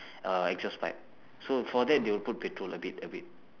uh exhaust pipe so for that they will put petrol a bit a bit